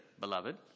beloved